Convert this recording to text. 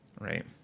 Right